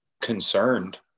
concerned